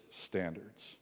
standards